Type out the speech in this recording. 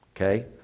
Okay